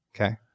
Okay